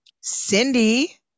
Cindy